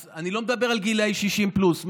אז אני לא מדבר על גילאי 60 פלוס.